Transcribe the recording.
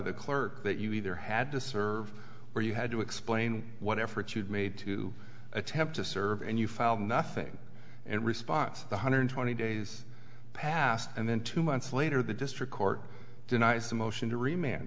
the clerk that you either had to serve or you had to explain what efforts you'd made to attempt to serve and you filed nothing and response one hundred twenty days passed and then two months later the district court denies the motion to remain